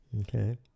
Okay